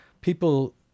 people